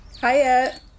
Hiya